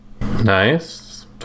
nice